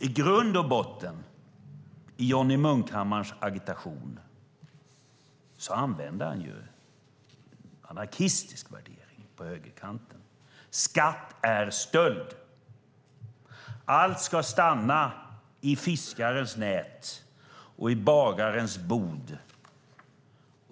I grund och botten använder Johnny Munkhammar anarkistiska värderingar på högerkanten i sin agitation. Skatt är stöld! Allt ska stanna i fiskarens nät och i bagarens bod.